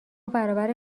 برابر